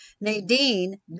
Nadine